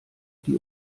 die